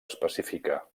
específica